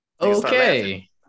Okay